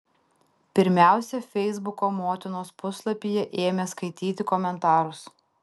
pirmiausia feisbuko motinos puslapyje ėmė skaityti komentarus